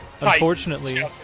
Unfortunately